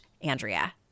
Andrea